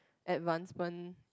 advancement